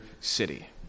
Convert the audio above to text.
city